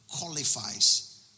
qualifies